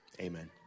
amen